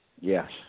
Yes